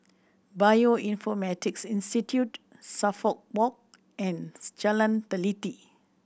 Bioinformatics Institute Suffolk Walk and Jalan Teliti